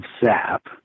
sap